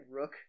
rook